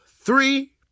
three